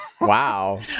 Wow